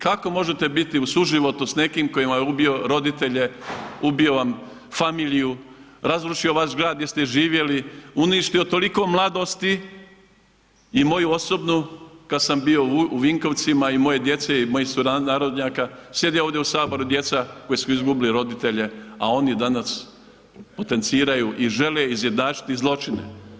Kako možete biti u suživotu s nekim tko vam je ubio roditelje, ubio vam familiju, razrušio vaš grad gdje ste živjeli, uništio toliko mladosti i moju osobnu, kad sam bio u Vinkovcima i moje djece i mojih sunarodnjaka, sjede ovdje u Saboru djeca koja su izgubili roditelje, a oni danas potenciraju i žele izjednačiti zločine.